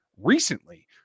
recently